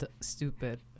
stupid